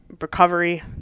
recovery